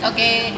Okay